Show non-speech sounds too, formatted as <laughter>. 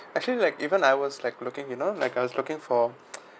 actually like even I was like looking you know like I was looking for <noise>